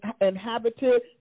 inhabited